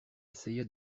essaya